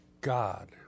God